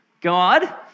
God